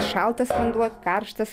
šaltas vanduo karštas